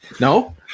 No